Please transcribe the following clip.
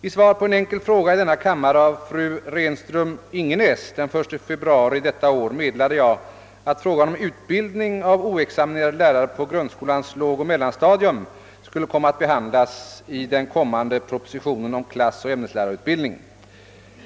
I svar på en enkel fråga i denna kammare av fru Renström-Ingenäs den 1 februari detta år meddelade jag att frågan om utbildning av oexaminerade lärare på grundskolans lågoch mellanstadium skulle komma att behandlas i den kommande propositionen om klassoch ämneslärarutbildningen.